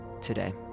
today